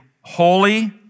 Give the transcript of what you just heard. holy